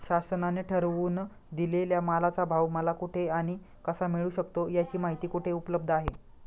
शासनाने ठरवून दिलेल्या मालाचा भाव मला कुठे आणि कसा मिळू शकतो? याची माहिती कुठे उपलब्ध आहे?